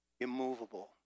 immovable